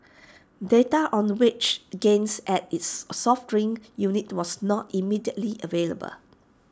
data on the wage gains at its soft drink unit was not immediately available